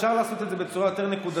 אפשר לעשות את זה בצורה יותר נקודתית.